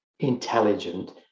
intelligent